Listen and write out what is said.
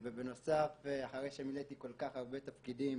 ובנוסף, אחרי שמילאתי כל כך הרבה תפקידים